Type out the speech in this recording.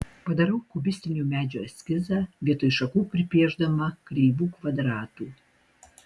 padarau kubistinio medžio eskizą vietoj šakų pripiešdama kreivų kvadratų